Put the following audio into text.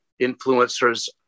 influencers